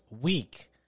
week